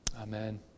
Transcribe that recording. Amen